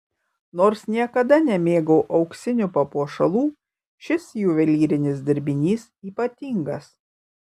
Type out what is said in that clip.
nors niekada nemėgau auksinių papuošalų šis juvelyrinis dirbinys ypatingas